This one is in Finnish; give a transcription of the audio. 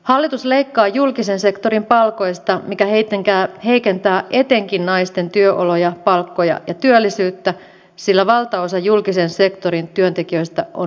hallitus leikkaa julkisen sektorin palkoista mikä heikentää etenkin naisten työoloja palkkoja ja työllisyyttä sillä valtaosa julkisen sektorin työntekijöistä on naisia